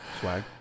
swag